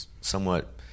somewhat